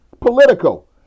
political